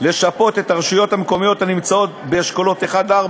לשפות את הרשויות המקומיות הנמצאות באשכולות 1 4